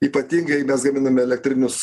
ypatingai mes gaminam elektrinius